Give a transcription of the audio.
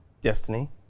destiny